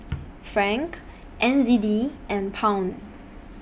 Franc N Z D and Pound